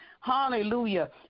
Hallelujah